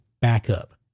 backup